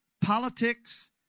politics